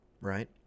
Right